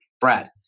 Brad